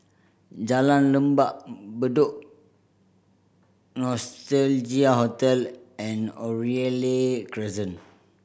Jalan Lembah Bedok Nostalgia Hotel and Oriole Crescent